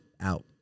out